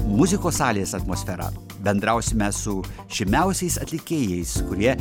muzikos salės atmosferą bendrausime su žymiausiais atlikėjais kurie